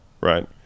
right